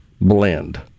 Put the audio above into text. blend